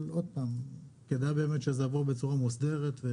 עוד פעם, כדאי שזה יעבור בצורה מוסדרת.